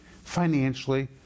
financially